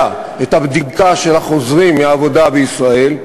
את הבדיקה של החוזרים מהעבודה בישראל,